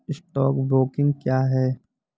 Stock broking क्या है?